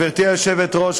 גברתי היושבת-ראש,